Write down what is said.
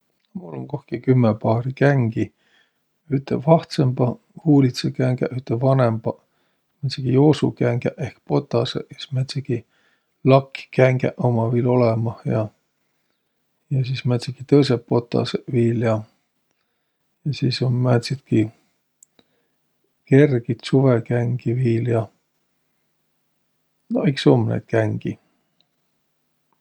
Mul um kohki kümme paari kängi: üteq vahtsõmbaq huulidsakängäq, üteq vanõmbaq, määntsegiq joosukängäq ehk botasõq ja sis määntsegiq lakkkängäq ummaq viil oõmah. Ja sis määntsegiq tõõsõq botasõq viil ja. Ja sis um määntstki kergit suvõkängi viil, jah. No iks um naid kängi.